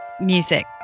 music